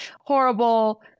horrible